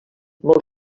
molt